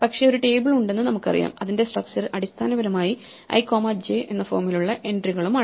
പക്ഷേ ഒരു ടേബിൾ ഉണ്ടെന്നു നമുക്കറിയാം അതിന്റെ സ്ട്രക്ച്ചർ അടിസ്ഥാനപരമായി i കോമ j എന്ന ഫോമിലുള്ള എൻട്രികളുമാണ്